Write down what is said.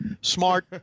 smart